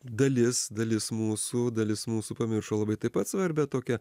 dalis dalis mūsų dalis mūsų pamiršo labai taip pat svarbią tokią